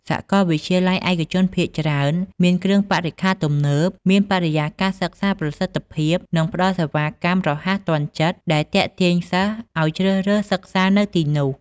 សាកលវិទ្យាល័យឯកជនភាគច្រើនមានគ្រឿងបរិក្ខារទំនើប មានបរិយាកាសសិក្សាប្រសិទ្ធភាព និងផ្ដល់សេវាកម្មរហ័សទាន់ចិត្ត ដែលទាក់ទាញសិស្សឲ្យជ្រើសរើសសិក្សានៅទីនោះ។